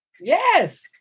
Yes